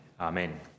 Amen